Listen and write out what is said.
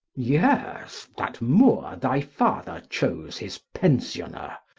yes, that moor thy father chose his pensioner.